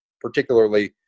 particularly